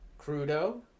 Crudo